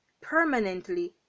permanently